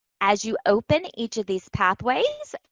as you open each of these pathways,